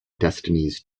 destinies